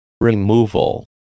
Removal